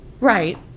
right